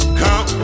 come